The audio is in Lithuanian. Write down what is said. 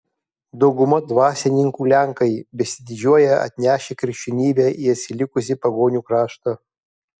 dauguma dvasininkų lenkai besididžiuoją atnešę krikščionybę į atsilikusį pagonių kraštą